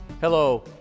Hello